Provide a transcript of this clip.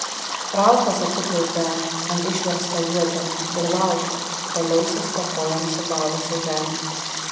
ralfas atsiklaupė ant išversto juodžemio ir laukė kol liausis po kojom siūbavusi žemė